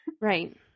Right